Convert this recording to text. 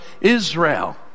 Israel